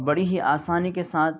بڑی ہی آسانی کے ساتھ